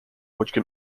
which